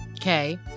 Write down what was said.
Okay